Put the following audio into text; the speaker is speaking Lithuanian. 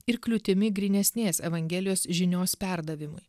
ir kliūtimi grynesnės evangelijos žinios perdavimui